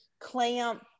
clamp